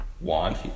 want